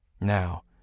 Now